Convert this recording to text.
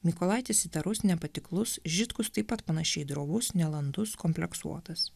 mykolaitis įtarus nepatiklus žitkus taip pat panašiai drovus nelandus kompleksuotas